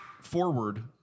forward